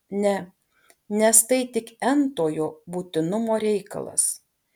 ne nes tai tik n tojo būtinumo reikalas